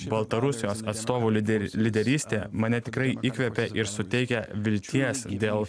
baltarusijos atstovų lyder lyderystė mane tikrai įkvepia ir suteikia vilties dėl